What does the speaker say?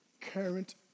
current